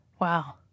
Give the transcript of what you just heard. Wow